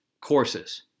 courses